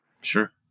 Sure